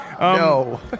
No